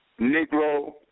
Negro